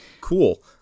Cool